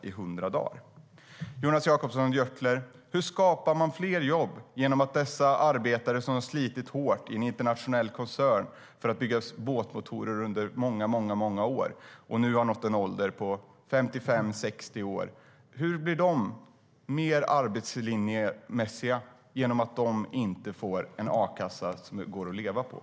Min andra fråga till Jonas Jacobsson Gjörtler är hur man skapar fler jobb genom att dessa arbetare som har slitit hårt i en internationell koncern för att bygga båtmotorer under många år och nu har nått en ålder på 55-60 år inte får en a-kassa som går att leva på. Hur blir de mer arbetslinjemässiga av det?